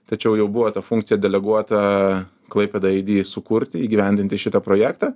tačiau jau buvo ta funkcija deleguota klaipėdai aidi sukurti įgyvendinti šitą projektą